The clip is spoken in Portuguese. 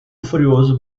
furioso